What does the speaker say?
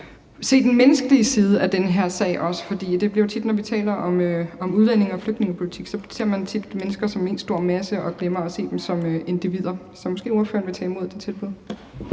se den menneskelige side af den her sag. For når vi taler om udlændinge- og flygtningepolitik, bliver det jo tit sådan, at man ser mennesker som en stor masse og glemmer at se dem som individer. Så måske ordføreren vil tage imod det tilbud?